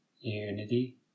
unity